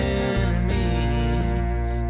enemies